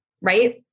right